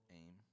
aim